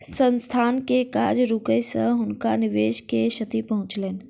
संस्थान के काज रुकै से हुनकर निवेश के क्षति पहुँचलैन